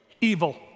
evil